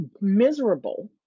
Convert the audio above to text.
Miserable